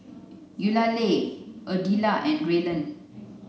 Eulalie Ardella and Rylan